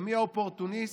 ומי האופורטוניסט,